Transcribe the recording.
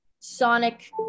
sonic